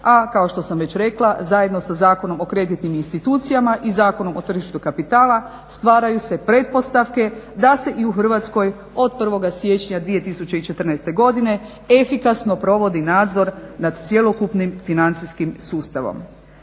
a kao što sam već rekla zajedno sa Zakonom o kreditnim institucijama i Zakonom o tržištu kapitala stvaraju se pretpostavke da se i u Hrvatskoj od 1.siječnja 2014.godine efikasno provodi nadzor nad cjelokupnim financijskim sustavom.